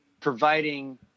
providing